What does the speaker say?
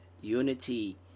Unity